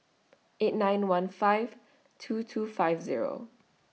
eight nine one five two two five Zero